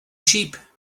sheep